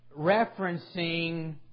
referencing